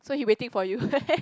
so he waiting for you